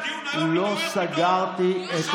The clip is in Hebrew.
הוא הופתע מהדיון היום,